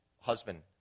husband